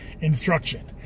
instruction